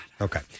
Okay